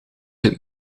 het